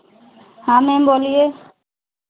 हाँ मैम बोलिए